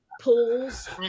pools